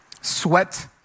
sweat